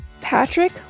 Patrick